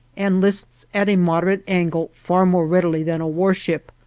and lists at a moderate angle far more readily than a warship,